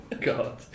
God